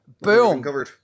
Boom